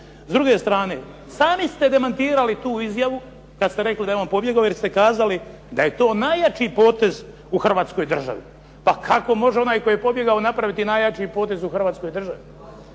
S druge strane, sami ste demantirali tu izjavu kad ste rekli da je on pobjegao jer ste kazali da je to najjači potez u Hrvatskoj državi. Pa kako može onaj koji je pobjegao napraviti najjači potez u Hrvatskoj državi?